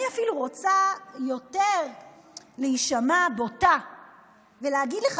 אני אפילו רוצה להישמע יותר בוטה ולהגיד לך